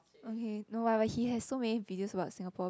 okay no but but he has so many videos about Singapore